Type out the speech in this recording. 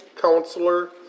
Counselor